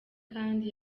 kandi